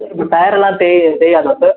sir இந்த டயரெல்லாம் தேய தேயாதா சார்